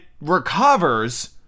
recovers